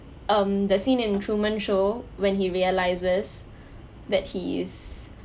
um the scene in truman show when he realizes that he is